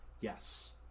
yes